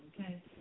okay